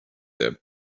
their